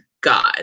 God